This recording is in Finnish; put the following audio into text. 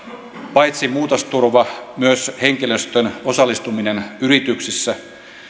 paitsi muutosturva myös henkilöstön osallistuminen yrityksissä